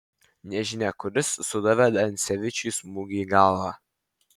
nežinia kuris sudavė dansevičiui smūgį į galvą